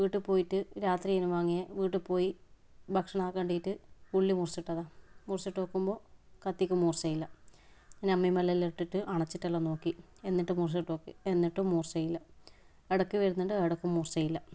വീട്ടിൽ പോയിട്ട് രാത്രിയായിനു വാങ്ങിയത് വീട്ടിൽ പോയി ഭക്ഷണം ആക്കാൻ വേണ്ടിയിട്ട് ഉള്ളി മുറിച്ചിട്ടതാണ് മുറിച്ചിട്ട് നോക്കുമ്പോൾ കത്തിക്ക് മൂർച്ചയില്ല ഞാൻ അമ്മീമേലെല്ലാം ഇട്ടിട്ട് അണച്ചിട്ടെല്ലാം നോക്കി എന്നിട്ട് മൂർച്ച കിട്ടുമോ നോക്കി എന്നിട്ടും മൂർച്ച ഇല്ല ഇടയ്ക്ക് വരുന്നുണ്ട് ഇടയ്ക്ക് മൂർച്ച ഇല്ല